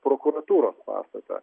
prokuratūros pastatą